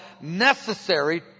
necessary